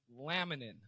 laminin